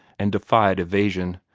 and defied evasion.